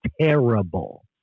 terrible